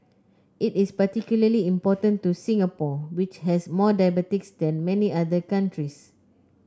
it is particularly important to Singapore which has more diabetics than many other countries